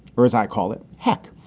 or as i call it, heck.